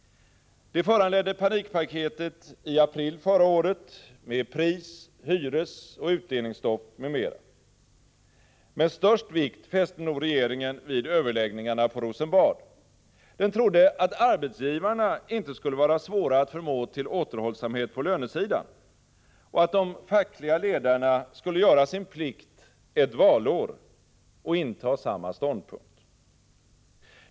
Det föranledde panikpaketet i april förra året med pris-, hyresoch utdelningsstopp m.m. Men den största vikten fäste nog regeringen vid överläggningarna på Rosenbad. Den trodde att arbetsgivarna inte skulle vara svåra att förmå till återhållsamhet på lönesidan och att de fackliga ledarna skulle göra sin plikt ett valår och inta samma ståndpunkt.